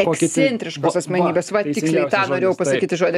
ekscentriškos asmenybės va tiksliai tą norėjau pasakyti žodį